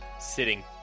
sitting